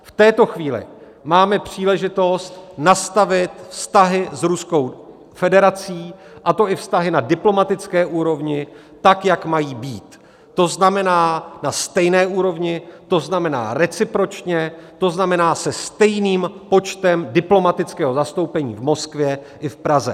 V této chvíli máme příležitost nastavit vztahy s Ruskou federací, a to i vztahy na diplomatické úrovni, tak jak mají být, to znamená na stejné úrovni, to znamená recipročně, to znamená se stejným počtem diplomatického zastoupení v Moskvě i v Praze.